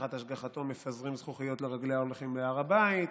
שתחת השגחתו מפזרים זכוכיות לרגלי ההולכים להר הבית,